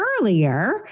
earlier